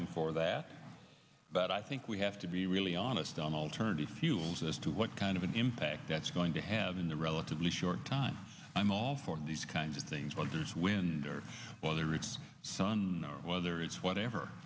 am for that but i think we have to be really honest on alternative fuels as to what kind of an impact that's going to have in the relatively short time i'm all for these kinds of things but there's wind or whether it's sun or whether it's whatever